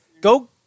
Go